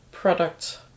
product